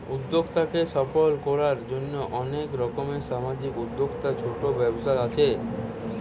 উদ্যোক্তাকে সফল কোরার জন্যে অনেক রকম সামাজিক উদ্যোক্তা, ছোট ব্যবসা আছে